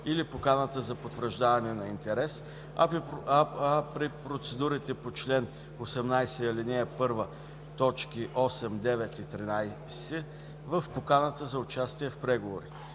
или поканата за потвърждаване на интерес, а при процедурите по чл. 18, ал. 1, т. 8, 9 и 13 - в поканата за участие в преговори.